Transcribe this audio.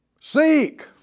Seek